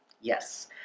Yes